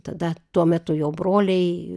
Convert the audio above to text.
tada tuo metu jo broliai